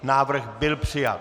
Návrh byl přijat.